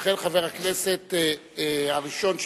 לכן חבר הכנסת הראשון שביקש,